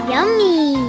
Yummy